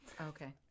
Okay